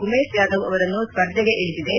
ಉಮೇಶ್ ಜಾಧವ್ ಅವರನ್ನು ಸ್ಪರ್ಧೆಗೆ ಇಳಿಸಿದೆ